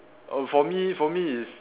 oh for me for me it's